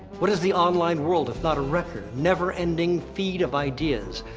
what is the online world, if not a record? never-ending feed of ideas,